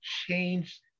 change